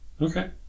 Okay